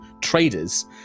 traders